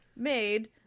made